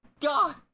God